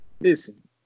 listen